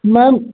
ma'am